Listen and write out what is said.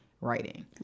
writing